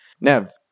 Nev